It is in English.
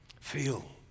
feel